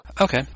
Okay